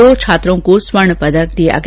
दो छात्रों को स्वर्ण पदक दिया गया